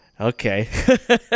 okay